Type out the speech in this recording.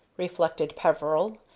reflected peveril,